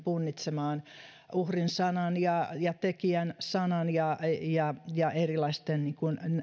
punnitsemaan uhrin sanan ja ja tekijän sanan ja ja erilaisten